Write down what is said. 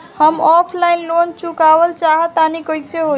हम offline loan चुकावल चाहऽ तनि कइसे होई?